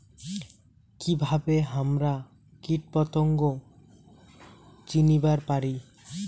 কিভাবে হামরা কীটপতঙ্গ চিনিবার পারি?